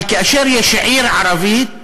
כאשר יש עיר ערבית